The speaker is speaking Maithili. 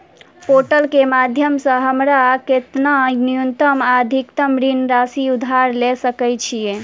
पोर्टल केँ माध्यम सऽ हमरा केतना न्यूनतम आ अधिकतम ऋण राशि उधार ले सकै छीयै?